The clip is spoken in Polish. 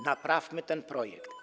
Naprawmy ten projekt.